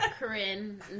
Corinne